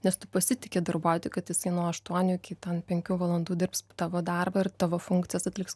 nes tu pasitiki darbuotoju kad jisai nuo aštuonių iki ten penkių valandų dirbs tavo darbą ir tavo funkcijas atliks